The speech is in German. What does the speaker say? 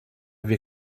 wir